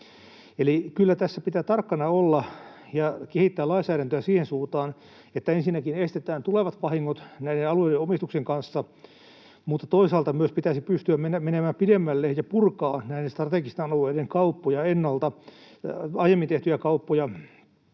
Kyllä tässä pitää tarkkana olla ja kehittää lainsäädäntöä siihen suuntaan, että ensinnäkin estetään tulevat vahingot näiden alueiden omistuksen kanssa, mutta toisaalta myös pitäisi pystyä menemään pidemmälle ja purkaa näiden strategisten alueiden kauppoja, aiemmin tehtyjä kauppoja,